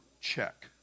check